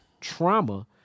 trauma